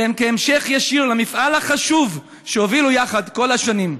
וזה כהמשך ישיר למפעל החשוב שהובילו יחד כל השנים.